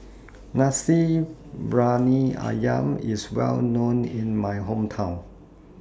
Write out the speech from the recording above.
Nasi Briyani Ayam IS Well known in My Hometown